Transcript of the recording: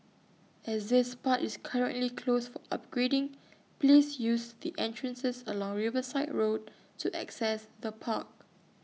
as this part is currently closed for upgrading please use the entrances along Riverside road to access the park